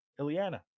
Ileana